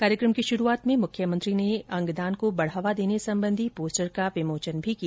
कार्यक्रम की शुरूआत में मुख्यमंत्री ने अंगदान को बढ़ावा देने संबंधी पोस्टर का विमोचन भी किया